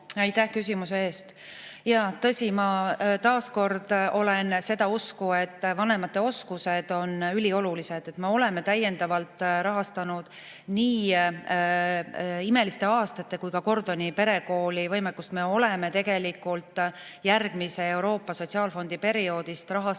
Aitäh küsimuse eest! Jaa, tõsi! Ma olen taas seda usku, et vanemate oskused on üliolulised. Me oleme täiendavalt rahastanud nii "Imeliste aastate" kui ka Gordoni perekooli võimekust. Me oleme tegelikult järgmise Euroopa Sotsiaalfondi perioodist rahastamas